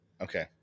Okay